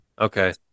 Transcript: Okay